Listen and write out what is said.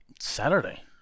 Saturday